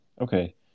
okay